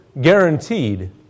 guaranteed